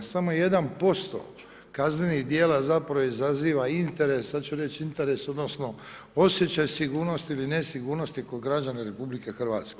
Samo 1% kaznenih djela zapravo izazova interes, sad ću reći interes odnosno osjećaj sigurnosti ili nesigurnosti kod građana RH.